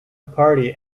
party